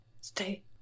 Stay